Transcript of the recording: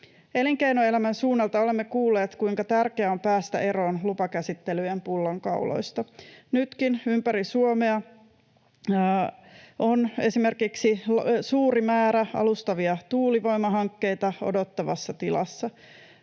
Elinkeinoelämän suunnalta olemme kuulleet, kuinka tärkeää on päästä eroon lupakäsittelyjen pullonkauloista. Nytkin ympäri Suomea on esimerkiksi suuri määrä alustavia tuulivoimahankkeita odottavassa tilassa.